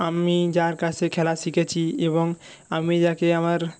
আমি যার কাছে খেলা শিখেছি এবং আমি যাকে আমার